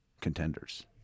contenders